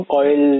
oil